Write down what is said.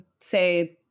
say